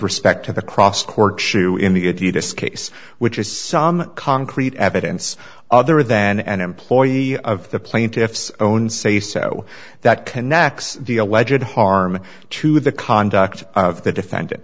respect to the cross court shoe in the this case which is some concrete evidence other than an employee of the plaintiff's own say so that connects the alleged harm to the conduct of the defendant